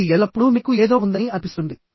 ఇది ఎల్లప్పుడూ మీకు ఏదో ఉందని అనిపిస్తుంది